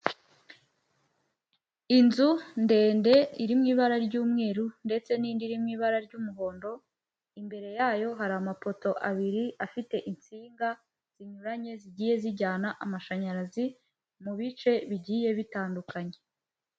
Inzu ndende iri mu ibara ry'umweru ndetse n'inindi iri mu ibara ry'umuhondo, imbere yayo hari amapoto abiri afite insinga zinyuranye zigiye zijyana amashanyarazi mu bice bigiye bitandukanye.